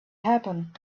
happen